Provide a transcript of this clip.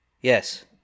yes